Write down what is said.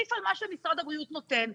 להוסיף על מה שמשרד הבריאות נותן.